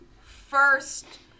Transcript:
first